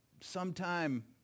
sometime